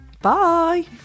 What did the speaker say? Bye